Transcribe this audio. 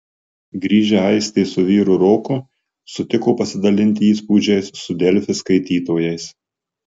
grįžę aistė su vyru roku sutiko pasidalinti įspūdžiais su delfi skaitytojais